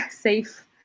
safe